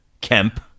Kemp